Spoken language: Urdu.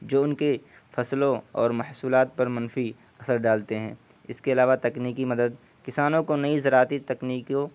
جو ان کے فصلوں اور محصولات پر منفی اثر ڈالتے ہیں اس کے علاوہ تکنیکی مدد کسانوں کو نئی زراعتی تکنیکیوں